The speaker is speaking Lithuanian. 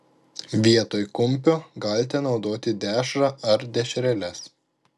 vietoj kumpio galite naudoti dešrą ar dešreles